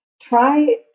try